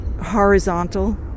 horizontal